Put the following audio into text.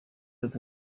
ati